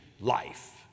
life